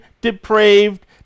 depraved